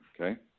okay